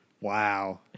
Wow